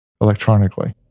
electronically